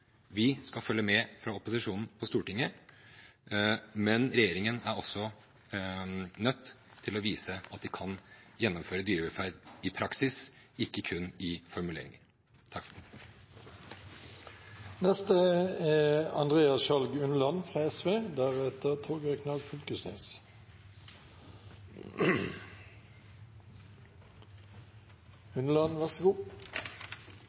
Vi skal følge med fra opposisjonen på Stortinget, men regjeringen er altså nødt til å vise at den kan gjennomføre dyrevelferd i praksis, ikke kun i formuleringer.